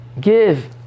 give